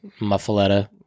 muffaletta